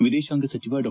ವಿದೇಶಾಂಗ ಸಚಿವ ಡಾ